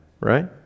right